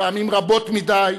פעמים רבות מדי,